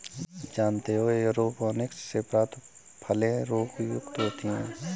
जानते हो एयरोपोनिक्स से प्राप्त फलें रोगमुक्त होती हैं